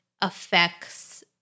affects